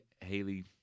Haley